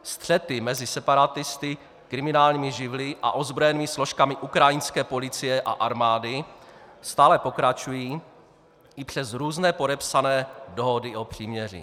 Střety mezi separatisty, kriminálními živly a ozbrojenými složkami ukrajinské policie a armády stále pokračují i přes různé podepsané dohody o příměří.